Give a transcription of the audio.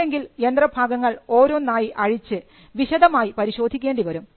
അതല്ലെങ്കിൽ യന്ത്രഭാഗങ്ങൾ ഓരോന്നായി അഴിച്ച് വിശദമായി പരിശോധിക്കേണ്ടിവരും